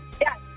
Yes